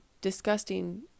disgusting